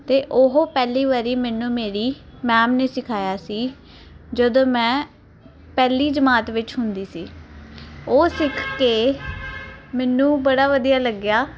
ਤੇ ਉਹ ਪਹਿਲੀ ਵਾਰੀ ਮੈਨੂੰ ਮੇਰੀ ਮੈਮ ਨੇ ਸਿਖਾਇਆ ਸੀ ਜਦੋਂ ਮੈਂ ਪਹਿਲੀ ਜਮਾਤ ਵਿੱਚ ਹੁੰਦੀ ਸੀ ਉਹ ਸਿੱਖ ਕੇ ਮੈਨੂੰ ਬੜਾ ਵਧੀਆ ਲੱਗਿਆ